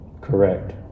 Correct